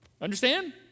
Understand